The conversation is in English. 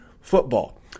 Football